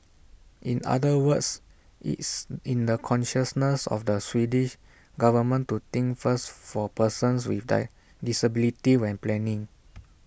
in other words it's in the consciousness of the Swedish government to think first for persons with die disabilities when planning